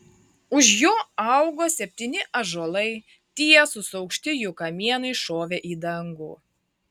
už jo augo septyni ąžuolai tiesūs aukšti jų kamienai šovė į dangų